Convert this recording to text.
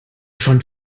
schon